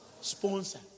sponsor